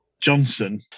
Johnson